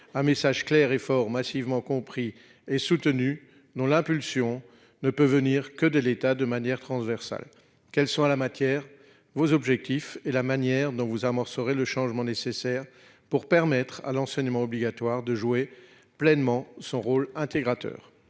Un message clair et fort massivement compris et soutenu non l'impulsion ne peut venir que de l'État de manière transversale qu'sont à la matière vos objectifs et la manière dont vous amorcerait le changement nécessaire pour permettre à l'enseignement obligatoire de jouer pleinement son rôle intégrateur.